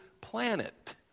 planet